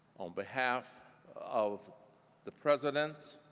on behalf of the presidents,